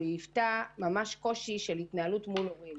היא גורמת ממש לקושי בהתנהלות מול הורים.